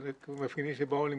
--- מפגינים שבאו למחות.